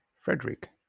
Frederick